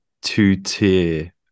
two-tier